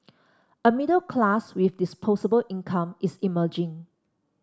a middle class with disposable income is emerging